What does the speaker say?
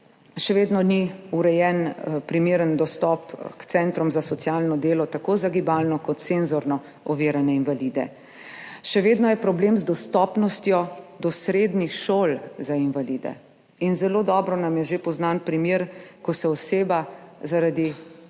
Še vedno ni urejen primeren dostop k centrom za socialno delo, tako za gibalno kot senzorno ovirane invalide. Še vedno je problem z dostopnostjo do srednjih šol za invalide in zelo dobro nam je že poznan primer, ko se oseba zaradi